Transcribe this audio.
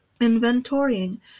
inventorying